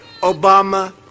Obama